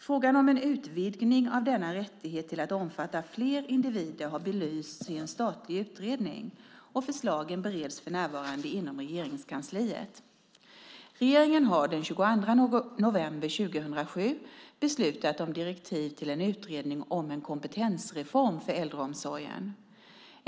Frågan om en utvidgning av denna rättighet till att omfatta fler individer har belysts i en statlig utredning, och förslagen bereds för närvarande inom Regeringskansliet. Regeringen har den 22 november 2007 beslutat om direktiv till en utredning om en kompetensreform för äldreomsorgen.